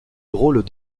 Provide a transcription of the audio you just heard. drôles